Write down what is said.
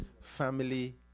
family